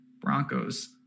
broncos